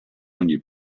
ogni